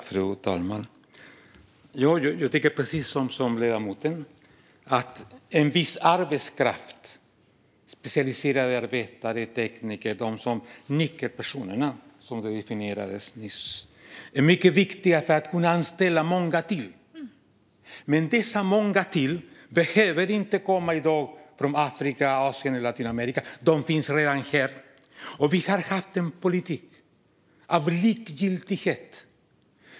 Fru talman! Jag tycker precis som ledamoten att viss arbetskraft - det gäller till exempel specialiserade arbetare och tekniker, alltså nyckelpersonerna, som de nyss definierades som - är mycket viktig för att vi ska kunna anställa många till. Men dessa många till behöver i dag inte komma från Afrika, Asien eller Latinamerika, för de finns redan här. Vi har haft en politik av likgiltighet.